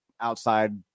outside